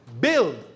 Build